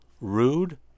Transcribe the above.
Rude